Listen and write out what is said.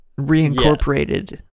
reincorporated